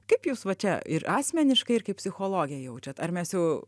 kaip jūs va čia ir asmeniškai ir kaip psichologė jaučiat ar mes jau